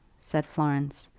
said florence,